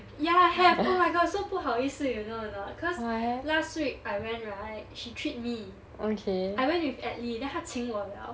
ya have oh my god so 不好意思 you know or not cause last week I went right she treat me I went with atlee then 她请我 liao